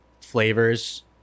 flavors